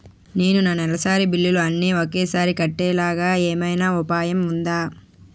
నేను నా నెలసరి బిల్లులు అన్ని ఒకేసారి కట్టేలాగా ఏమైనా ఉపాయం ఉందా?